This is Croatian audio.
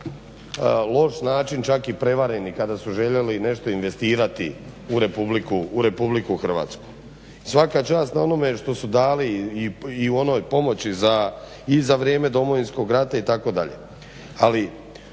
loš način, čak i prevareni kada su željeli nešto investirati u RH. Svaka čast na onome što su dali i u onoj pomoći za, i za vrijeme Domovinskog rata itd. Ali